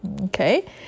Okay